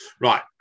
right